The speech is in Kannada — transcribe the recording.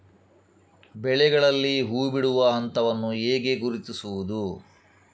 ಬೆಳೆಗಳಲ್ಲಿ ಹೂಬಿಡುವ ಹಂತವನ್ನು ಹೇಗೆ ಗುರುತಿಸುವುದು?